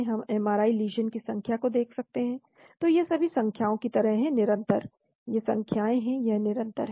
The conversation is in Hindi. हम एमआरआई लीश़न की संख्या को देख सकते हैं तो ये सभी संख्याओं की तरह हैं निरंतर ये संख्याएं हैं यह निरंतर है